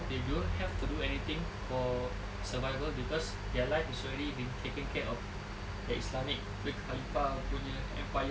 they don't have to do anything for survival cause their life is already been taken care of the islamic the khalifah punya empire